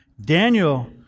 Daniel